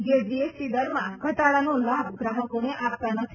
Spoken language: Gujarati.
જે જીએસટી દરમાં ઘટાડાનો લાભ ગ્રાહકોને આપતા નથી